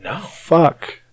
fuck